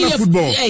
football